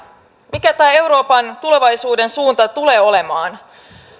mikä tämä euroopan tulevaisuuden suunta tulee olemaan